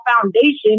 foundation